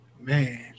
man